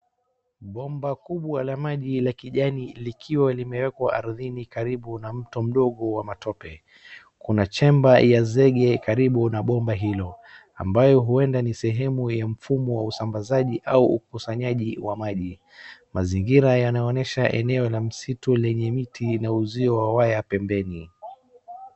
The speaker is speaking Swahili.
Bomba kubwa la maji la kijani likiwa limewekwa ardhini karibu na mto mdogo wa matope. Kuna chemba ya zege karibu na bomba hilo, ambayo huenda ni sehemu ya mfumo wa usambazaji au ukusanyaji wa maji. Mazingira yanaonyesha eneo la msitu lenye miti na uzio wa waya pembeni.